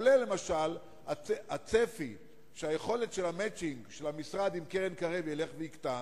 גם למשל הצפי שהיכולת של ה"מצ'ינג" של המשרד עם קרן-קרב תלך ותקטן,